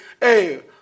hey